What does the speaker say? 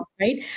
right